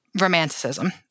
romanticism